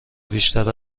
بیشتر